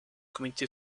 comité